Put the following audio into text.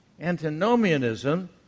Antinomianism